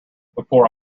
before